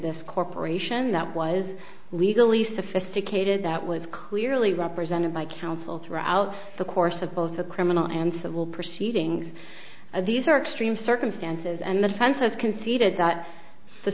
this corporation that was legally sophisticated that was clearly represented by counsel throughout the course of both the criminal and civil proceedings of these are extreme circumstances and the defense has conceded that the